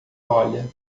olha